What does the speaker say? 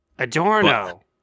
Adorno